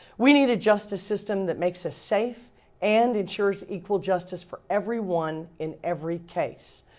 we need a justice system that makes us safe and ensures equal justice for everyone in every case.